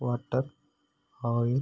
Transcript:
water oil